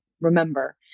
remember